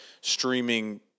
streaming